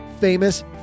famous